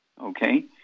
Okay